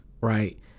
Right